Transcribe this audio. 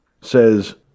says